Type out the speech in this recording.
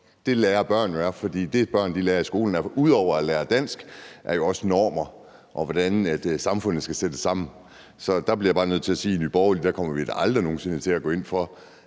Det lærer børn jo af, for det, børn lærer i skolen ud over at lære dansk, er jo også normer, og hvordan samfundet skal sættes sammen. Så der bliver jeg bare nødt til at sige, at i Nye Borgerlige kommer vi da aldrig nogen sinde til at gå ind for,